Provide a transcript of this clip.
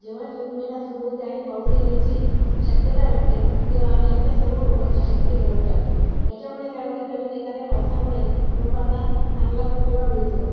जेव्हा जून महिना सुरू होते आणि पाऊस येण्याची शक्यता वाटते तेव्हा आम्ही आमच्या सर्व रोपाची छाटणी करून टाकतो त्याच्यामुळे काय होते नवीन येणाऱ्या पावसामुळे रोपांना चांगला फुटवा मिळतो